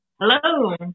Hello